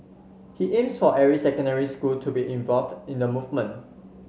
he aims for every secondary school to be involved in the movement